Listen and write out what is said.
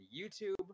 youtube